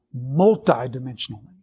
multidimensionally